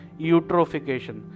eutrophication